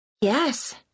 Yes